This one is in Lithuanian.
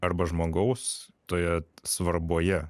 arba žmogaus toje svarboje